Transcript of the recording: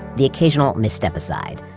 the occasional misstep aside,